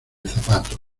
zapatos